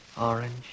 Orange